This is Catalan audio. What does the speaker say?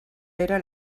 era